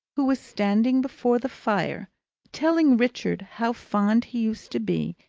who was standing before the fire telling richard how fond he used to be,